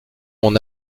mon